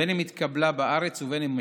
בין אם התקבלה בארץ ובין אם מחו"ל,